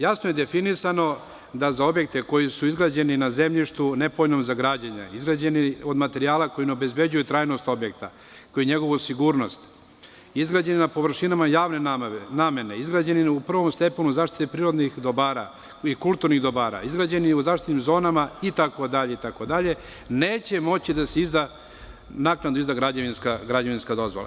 Jasno je definisano da za objekte koji su izgrađeni na zemljištu nepovoljnom za građenje, izgrađeni od materijala koji ne obezbeđuju trajnost objekta, kao i njegovu sigurnost, izgrađeni na površinama javne namene, izgrađeni u prvom stepenu zaštite prirodnih i kulturnih dobara, izgrađeni u zaštitnim zonama itd, neće moći da se naknadno izda građevinska dozvola.